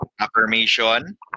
Affirmation